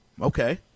okay